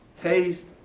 taste